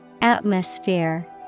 Atmosphere